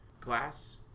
glass